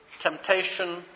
temptation